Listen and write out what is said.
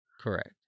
Correct